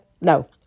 No